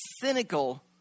cynical